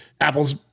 apple's